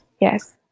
yes